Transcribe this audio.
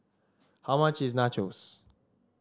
how much is Nachos